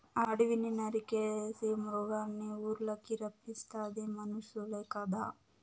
అడివిని నరికేసి మృగాల్నిఊర్లకి రప్పిస్తాది మనుసులే కదా